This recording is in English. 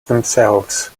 themselves